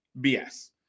bs